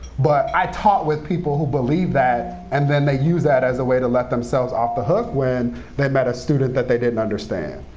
but i taught with people who believe that, and then they use that as a way to let themselves off the hook when they met a student that they didn't understand.